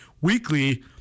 weekly